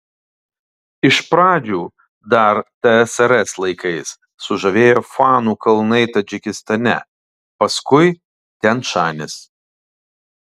iš pradžių dar tsrs laikais sužavėjo fanų kalnai tadžikistane paskui tian šanis